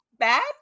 bad